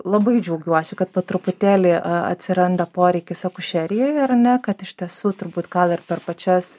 labai džiaugiuosi kad po truputėlį atsiranda poreikis akušerijoje ar ne kad iš tiesų turbūt gal ir per pačias